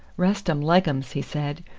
rest um leggums, he said.